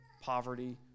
poverty